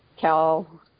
Cal